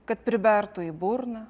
kad pribertų į burną